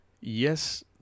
yes